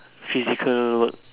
physical work